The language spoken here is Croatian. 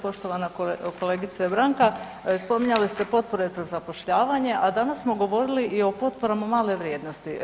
Poštovana kolegice Branka, spominjali ste potpore za zapošljavanje, a danas smo govorili i o potporama male vrijednosti.